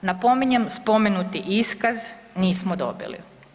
Napominjem, spomenuti iskaz nismo dobili.